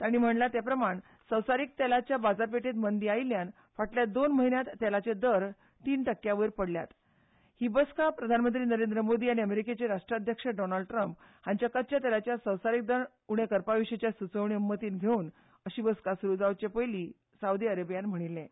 तांणी म्हणलां ते प्रमाण संवसारीक तेलाचे बाजारपेठेंत मंदी आयिल्ल्यान फाटल्या दोन म्हयन्यांत तेलाचे दर तीस टक्क्यां वयर पडल्यात ही बसका प्रधानमंत्री नरेंद्र मोदी आनी अमेरिकेचे राष्ट्राध्यक्ष डॉनाल्ड ट्रम्प हांच्या कच्चा तेलाचे संवसारीक दर उणे करपा विशीं सुचोवण्यो मतींत घेतली अशें बसका सुरू जावचे पयली सावदी अरबान म्हणिल्लें